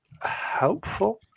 helpful